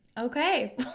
Okay